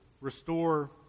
restore